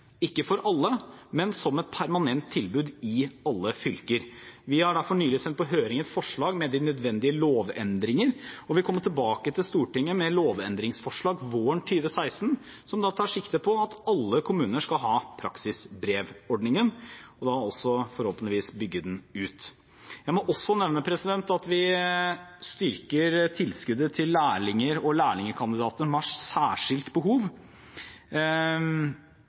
ikke for alle, men som et permanent tilbud i alle fylker. Vi har derfor nylig sendt på høring et forslag med de nødvendige lovendringer. Vi vil våren 2016 komme tilbake til Stortinget med lovendringsforslag som tar sikte på at alle kommuner skal ha praksisbrevordningen – og forhåpentligvis bygge den ut. Jeg må også nevne at vi styrker tilskuddet til lærlinger og lærlingkandidater som har særskilte behov,